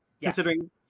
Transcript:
Considering